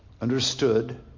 understood